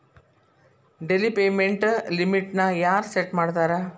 daily payment ಲಿಮಿಟ್ನ ಯಾರ್ set ಮಾಡ್ತಾರಾ